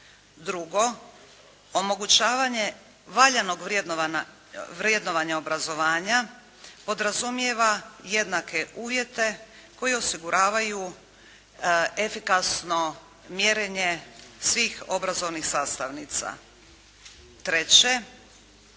Drugo, omogućavanje valjanog vrjednovanja obrazovanja podrazumijeva jednake uvjete koji osiguravaju efikasno mjerenje svih obrazovnih sastavnica. Treće,